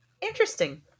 Interesting